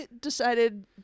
decided